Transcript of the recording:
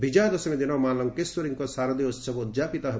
ବିଜୟା ଦଶମୀ ଦିନ ମା' ଲଙ୍କେଶ୍ୱରୀଙ୍କ ଶାରଦୀୟ ଉହବ ଉଦ୍ଯାପିତ ହେବ